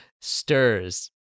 stirs